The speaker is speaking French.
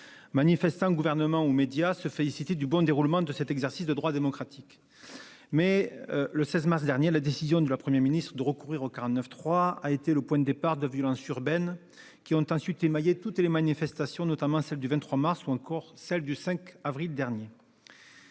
Manifestants, Gouvernement ou médias se félicitaient du bon déroulement de cet exercice d'un droit démocratique. Pourtant, le 16 mars dernier, la décision de la Première ministre de recourir au 49.3 a été le point de départ de violences urbaines, qui ont ensuite émaillé toutes les manifestations, notamment celle du 23 mars ou encore celle du 5 avril dernier.